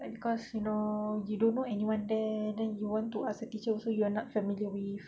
and cause you know you don't know anyone there then you want to ask the teacher also you are not familiar with